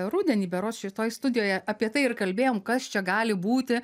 rudenį berods šitoj studijoje apie tai ir kalbėjom kas čia gali būti